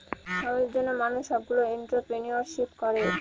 সমাজের জন্য মানুষ সবগুলো এন্ট্রপ্রেনিউরশিপ করে